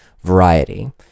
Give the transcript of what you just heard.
variety